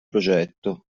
progetto